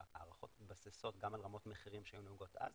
שההערכות מתבססות גם על רמות מחירים שהיו נהוגות אז,